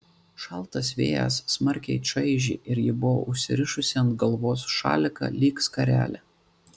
šaltas vėjas smarkiai čaižė ir ji buvo užsirišusi ant galvos šaliką lyg skarelę